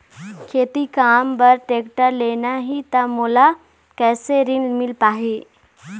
खेती काम बर टेक्टर लेना ही त मोला कैसे ऋण मिल पाही?